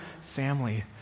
family